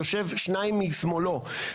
יושב שניים משמאלה,